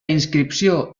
inscripció